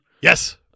yes